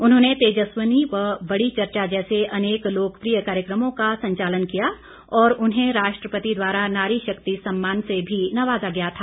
उन्होंने तेजस्विनी व बड़ी चर्चा जैसे अनेक लोकप्रिय कार्यक्रमों का संचालन किया और उन्हें राष्ट्रपति द्वारा नारी शक्ति सम्मान से भी नवाज़ा गया था